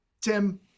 tim